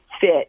fit